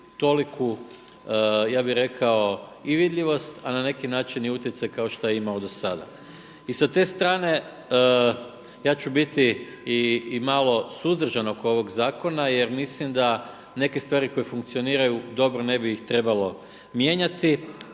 toliku, ja bih rekao, i vidljivost, a na neki način i utjecaj kao što je imao do sada. I s te strane ja ću biti i malo suzdržan oko ovog zakona jer mislim da neke stvari koje funkcioniraju dobro ne bi ih trebalo mijenjati,